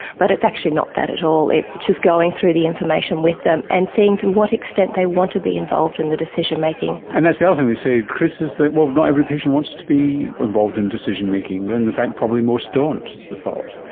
but it's actually not that at all, it's just going through the information with them and seeing to what extent they want to be involved in the decision making. and that's the other thing they say, chris, is that not every patient was to be involved in decision making, and in fact properly most don't is the thought.